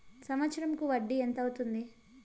సంవత్సరం కు వడ్డీ ఎంత అవుతుంది?